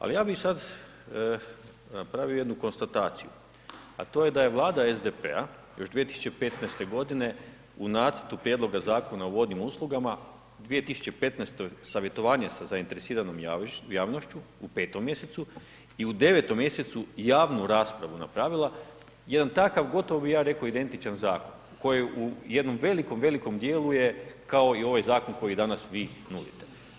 Ali ja bi sad napravio jednu konstataciju a to je da je Vlada SDP-a još 2015. g. u nacrtu Prijedloga Zakona o vodnim uslugama, u 2015. savjetovanje sa zainteresiranom javnošću, u 5. mj. i u 9. mj. javnu raspravu napravila jedan takav gotovo bi ja reko identičan zakon koji u jednom velikom, velikom djelu je kao i ovaj zakon koji danas vi nudite.